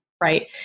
right